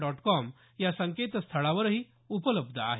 dot com या संकेतस्थळावरही उपलब्ध आहे